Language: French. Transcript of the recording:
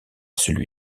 celui